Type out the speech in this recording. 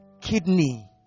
kidney